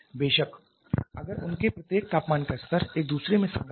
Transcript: बेशक अगर उनके प्रत्येक तापमान का स्तर एक दूसरे में संगत है